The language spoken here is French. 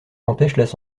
empêchent